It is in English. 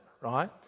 right